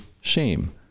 shame